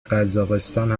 قزاقستان